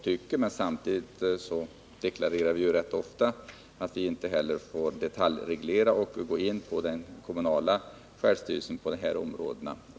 Och samtidigt deklarerar vi ju rätt ofta att vi inte får detaljreglera och komma in på det kommunala självstyrelseområdet.